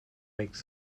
makes